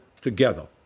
together